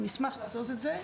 אנחנו נשמח לעשות את זה.